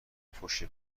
پشت